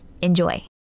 Enjoy